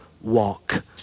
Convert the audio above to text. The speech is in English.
walk